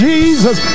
Jesus